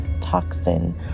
toxin